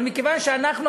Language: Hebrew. אבל מכיוון שאנחנו,